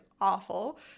awful